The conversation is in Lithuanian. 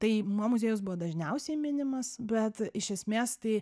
tai mo muziejus buvo dažniausiai minimas bet iš esmės tai